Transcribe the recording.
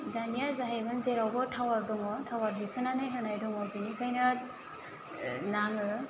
दानिया जाहैदों जेरावबो टावार दं टावार दैखोनानै होनाय दङ बिनिखायनो नाङो